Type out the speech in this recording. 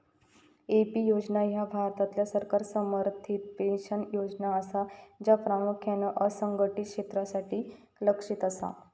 AP योजना ह्या भारतातल्या सरकार समर्थित पेन्शन योजना असा, ज्या प्रामुख्यान असंघटित क्षेत्रासाठी लक्ष्यित असा